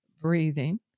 breathing